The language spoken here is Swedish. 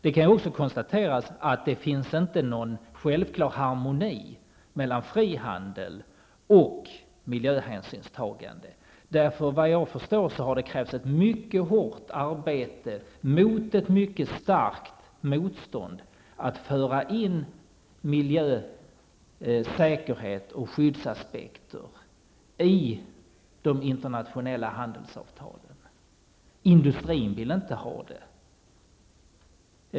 Det kan också konstateras att det inte finns någon självklar harmoni mellan frihandel och miljöhänsynstagande. Såvitt jag förstår har det krävts ett mycket hårt arbete, mot ett mycket starkt motstånd, att föra in miljö, säkerhet och skyddsaspekter i de internationella handelsavtalen. Industrin vill inte ha detta.